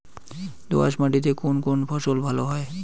দোঁয়াশ মাটিতে কোন কোন ফসল ভালো হয়?